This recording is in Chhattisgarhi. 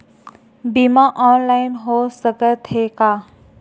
बीमा ऑनलाइन हो सकत हे का?